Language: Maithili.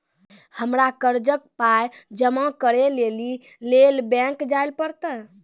हमरा कर्जक पाय जमा करै लेली लेल बैंक जाए परतै?